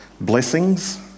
blessings